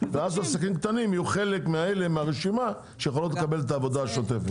ואז עסקים קטנים יהיו חלק מהרשימה שיכולות לקבל את העבודה השוטפת.